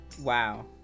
Wow